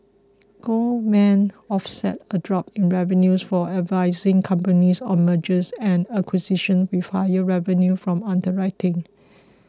Goldman offset a drop in revenues for advising companies on mergers and acquisitions with higher revenues from underwriting